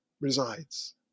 resides